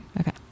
Okay